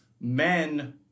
men